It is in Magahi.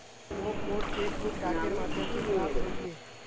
मोक मोर चेक बुक डाकेर माध्यम से प्राप्त होइए